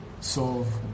solve